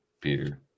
Peter